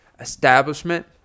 establishment